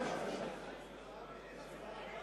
להתייעץ עם היושב-ראש והנשיאות.